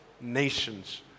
nations